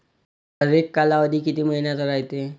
हरेक कालावधी किती मइन्याचा रायते?